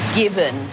given